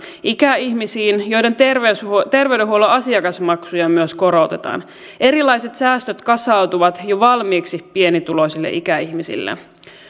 ikäihmisiin joiden terveydenhuollon terveydenhuollon asiakasmaksuja myös korotetaan erilaiset säästöt kasautuvat jo valmiiksi pienituloisille ikäihmisille